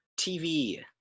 TV